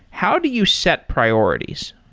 how do you set priorities?